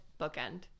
bookend